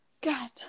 God